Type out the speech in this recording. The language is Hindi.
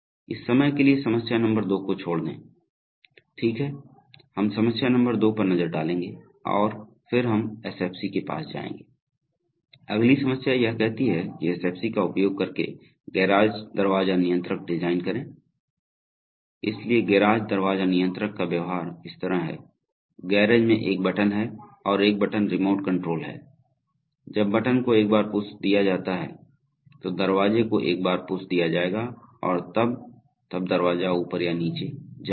इस समय के लिए समस्या नंबर दो को छोड़ देंगे ठीक है हम समस्या संख्या दो पर नजर डालेंगे और फिर हम SFC के पास जाएंगे अगली समस्या यह कहती है कि SFC का उपयोग करके गेराज दरवाजा नियंत्रक डिज़ाइन करें इसलिए गेराज दरवाजा नियंत्रक का व्यवहार इस तरह है गैरेज में एक बटन है और एक बटन रिमोट कंट्रोल है जब बटन को एक बार पुश दिया जाता है तो दरवाजे को एक बार पुश दिया जाएगा तो तब तब दरवाजा ऊपर या नीचे जाएगा